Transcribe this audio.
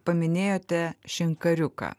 paminėjote šinkariuką